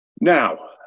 Now